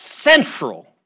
central